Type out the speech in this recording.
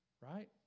right